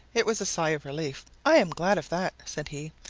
it was a sigh of relief. i'm glad of that, said he.